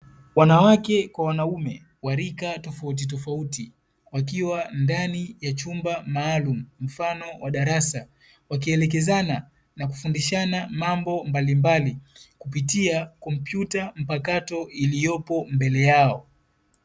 Wanawake kwa wanaume wa rika tofautitofauti wakiwa ndani ya chumba maalumu mfano wa darasa, wakielekezana na kufundishana mambo mbalimbali kupitia kompyuta mpakato iliyopo mbele yao.